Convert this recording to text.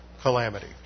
calamity